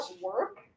work